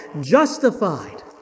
justified